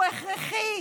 הוא הכרחי.